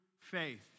faith